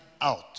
out